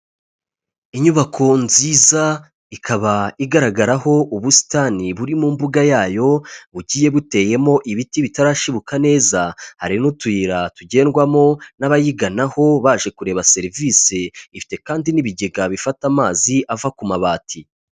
Inyubako nziza ikaba igaragaraho ubusitani buri mu mbuga yayo, bugiye buteyemo ibiti bitarashibuka neza, hari n'utuyira tugendwamo n'abayiganaho baje kureba serivisi, ifite kandi n'ibigega bifata amazi ava ku mabati.